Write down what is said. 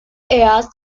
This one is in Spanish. east